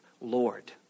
Lord